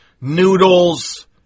noodles